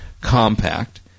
Compact